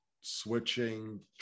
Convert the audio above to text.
switching